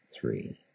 three